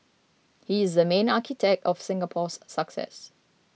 he is the main architect of Singapore's success